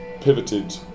pivoted